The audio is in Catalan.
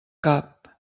cap